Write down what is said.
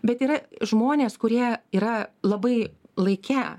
bet yra žmonės kurie yra labai laike